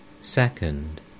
second